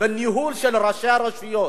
מניהול של ראשי הרשויות,